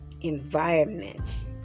environment